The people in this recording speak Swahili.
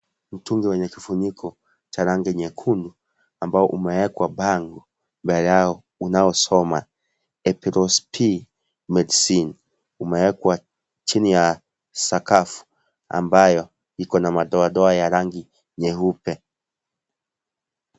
Mtungi wenye kifuniko cha rangi nyekundu ambao umewekwa bango mbele yao unaosoma Epilepsy Medicine umewekwa chini ya sakafu ambayo iko na madoadoa ya rangi nyeupe.